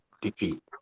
defeat